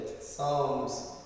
Psalms